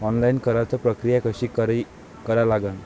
Online कराच प्रक्रिया कशी करा लागन?